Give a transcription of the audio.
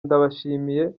ndabashimiye